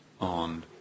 on